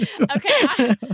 okay